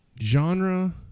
genre